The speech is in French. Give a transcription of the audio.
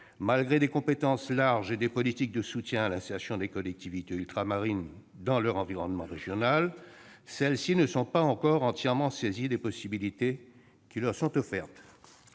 malgré des compétences larges et des politiques de soutien à l'insertion des collectivités ultramarines dans leur environnement régional, ces dernières ne se sont pas encore entièrement saisies des possibilités qui leur sont offertes.